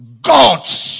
God's